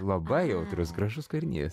labai jautrus gražus kūrinys